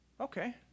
okay